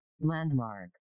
Landmark